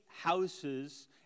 houses